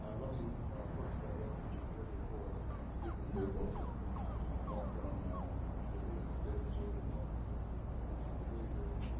ah let me first of all welcome ah gregory boyce and steven leer, both of whom are from ah the state of missouri. we welcome ah you to the committee hearing,